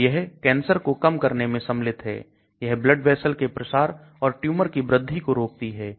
तो यह कैंसर को कम करने में सम्मिलित है यह blood vessel के प्रसार और ट्यूमर की वृद्धि को रोकती है